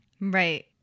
Right